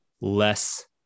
less